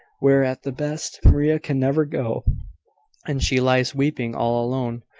where, at the best, maria can never go and she lies weeping all alone,